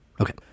okay